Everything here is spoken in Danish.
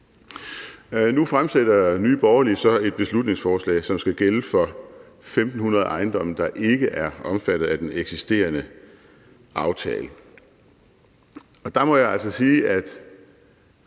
Nu fremsætter Nye Borgerlige så et beslutningsforslag, som skal gælde for 1.500 ejendomme, der ikke er omfattet af den eksisterende aftale.